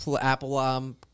Apple